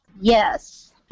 yes